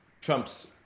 Trump's